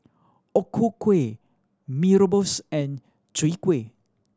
O Ku Kueh Mee Rebus and Chwee Kueh